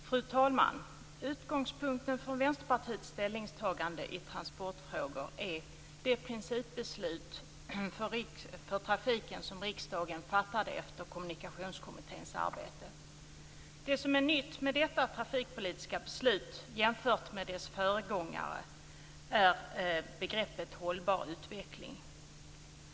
Fru talman! Utgångspunkten för Vänsterpartiets ställningstagande i transportfrågor är det principbeslut för trafiken som riksdagen fattade efter Kommunikationskommitténs arbete. Det som är nytt med detta trafikpolitiska beslut jämfört med dess föregångare är begreppet hållbar utveckling.